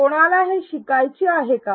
कोणाला हे शिकायचे आहे का